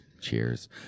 Cheers